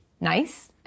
nice